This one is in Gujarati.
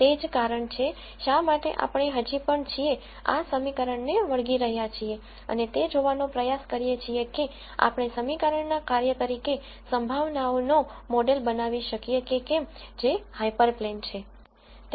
તે જ કારણ છે શા માટે આપણે હજી પણ છીએ આ સમીકરણને વળગી રહેયા છીએ અને તે જોવાનો પ્રયાસ કરીએ છીએ કે આપણે સમીકરણના કાર્ય તરીકે સંભાવનાઓનો મોડેલ બનાવી શકીએ કે કેમ જે હાયપરપ્લેન છે